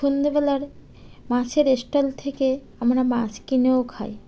সন্ধেবেলার মাছের স্টল থেকে আমরা মাছ কিনেও খাই